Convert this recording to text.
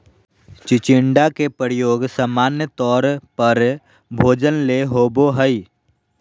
चिचिण्डा के प्रयोग सामान्य तौर पर भोजन ले होबो हइ